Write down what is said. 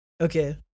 Okay